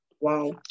Wow